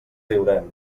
riurem